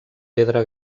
pedra